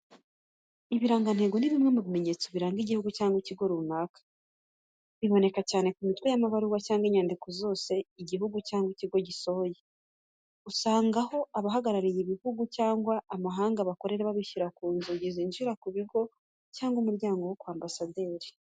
Ibirangantego ni bimwe mu bimenyetso biranga igihugu cyangwa ikigo runaka. Biboneka cyane ku mitwe y'amabaruwa cyangwa inyandiko zose igihugu cyangwa ikigo gisohoye. Usanga aho abahagarariye ibihugu byabo mu mahanga bakorera babishyira ku nzugi zinjira mu kigo cyangwa umuryango wo kwa Ambasaderi.